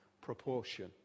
proportion